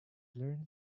learnt